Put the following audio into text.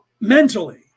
Mentally